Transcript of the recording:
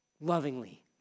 lovingly